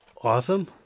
awesome